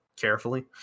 carefully